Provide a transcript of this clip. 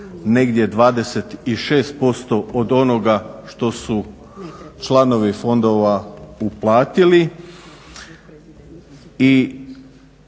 negdje 26% od onoga što su članovi fondova uplatili.